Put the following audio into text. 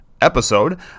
episode